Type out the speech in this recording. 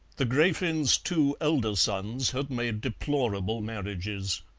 the grafin's two elder sons had made deplorable marriages.